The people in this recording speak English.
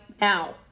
now